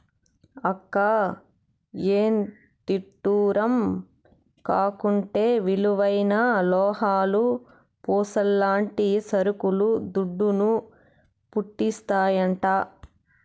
అక్కా, ఎంతిడ్డూరం కాకుంటే విలువైన లోహాలు, పూసల్లాంటి సరుకులు దుడ్డును, పుట్టిస్తాయంట